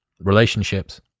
relationships